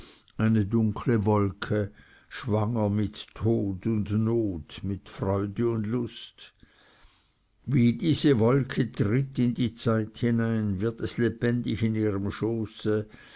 eine dunkle wolke schwanger mit tod und not mit freude und lust wie diese wolke tritt in die zeit hinein wird es lebendig in ihrem schoße